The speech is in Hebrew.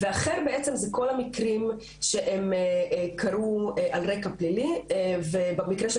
ואחר זה כל המקרים שהם קרו על רקע פלילי ובמקרה של